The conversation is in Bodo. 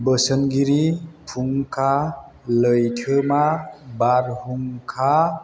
बोसोनगिरि फुंखा लैथोमा बारहुंखा